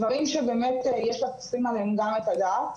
דברים שבאמת יש לשים עליהם גם את הדעת.